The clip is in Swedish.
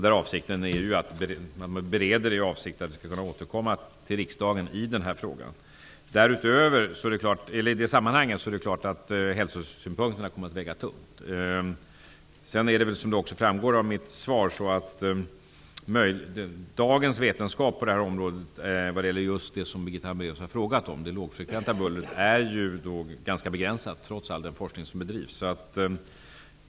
Beredningen görs med avsikt att kunna återkomma till riksdagen i denna fråga. I det sammanhanget kommer självfallet hälsosynpunkterna att väga tungt. Som framgår av mitt svar är dagens vetenskap när det gäller det lågfrekventa bullret, trots all forskning som bedrivs, ganska beränsad.